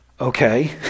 okay